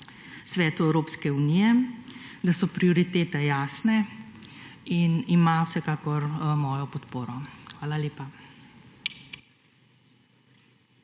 Svetu Evropske unije, da so prioritete jasne in ima vsekakor mojo podporo. Hvala lepa.